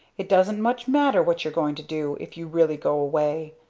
it doesn't much matter what you're going to do if you really go away.